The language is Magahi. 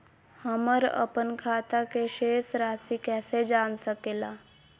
हमर अपन खाता के शेष रासि कैसे जान सके ला?